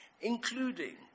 including